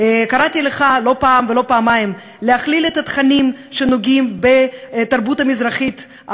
קראתי לך לא פעם ולא פעמיים להכליל את התכנים שנוגעים בתרבות המזרחית,